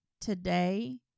today